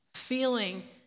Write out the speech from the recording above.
feeling